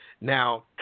Now